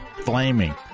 Flaming